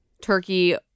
turkey